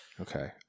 Okay